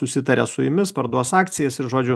susitarė su jumis parduos akcijas ir žodžiu